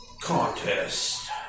contest